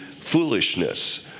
Foolishness